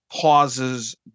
pauses